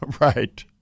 Right